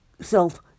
self